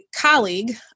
colleague